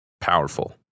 powerful